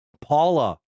Paula